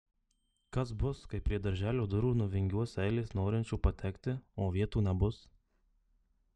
kas bus kai prie darželio durų nuvingiuos eilės norinčių patekti o vietų nebus